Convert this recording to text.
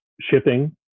shipping